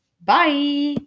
Bye